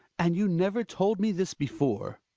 and you never told me this before.